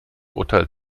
urteil